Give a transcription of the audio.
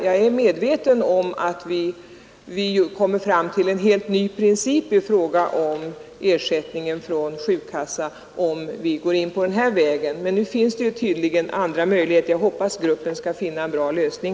Jag är medveten om att vi kommer fram till en helt ny princip i fråga om ersättningen från sjukkassan om vi slår in på den väg vi föreslog. Men nu finns tydligen andra möjligheter. Jag hoppas gruppen skall finna en bra lösning.